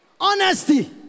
Honesty